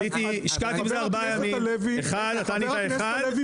אני השקעתי בזה ארבעה ימים -- חבר הכנסת הלוי